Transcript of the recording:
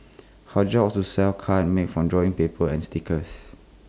her job was to sell cards made from drawing paper and stickers